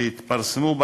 שהתפרסמו,